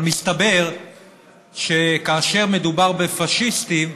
אבל מסתבר שכאשר מדובר בפאשיסטים,